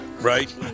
right